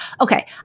okay